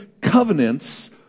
covenants